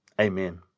Amen